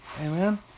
Amen